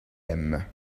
aime